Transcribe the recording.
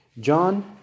John